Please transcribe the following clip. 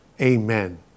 amen